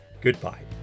goodbye